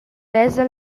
vesa